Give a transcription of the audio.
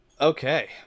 Okay